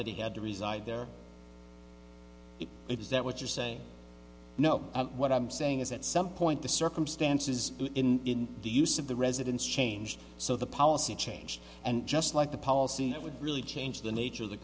that he had to reside there it is that what you're saying no what i'm saying is at some point the circumstances in the use of the residence changed so the policy changed and just like the policy it would really change the nature of the